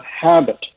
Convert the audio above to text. habit